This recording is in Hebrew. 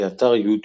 באתר יוטיוב